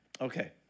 Okay